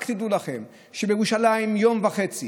רק תדעו לכם שבירושלים במשך יום וחצי